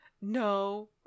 no